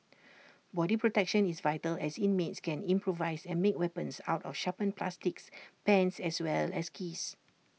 body protection is vital as inmates can improvise and make weapons out of sharpened plastics pens as well as keys